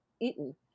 eaten